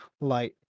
light